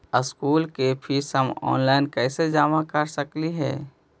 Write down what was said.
School के फीस हम ऑनलाइन कैसे जमा कर सक हिय?